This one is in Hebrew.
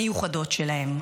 המיוחדות שלהם.